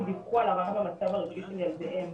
דיווחו על הרעה במצב הרגשי של ילדיהם.